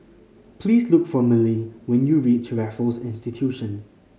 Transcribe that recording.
please look for Milly when you reach Raffles Institution